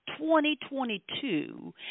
2022